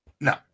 No